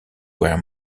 were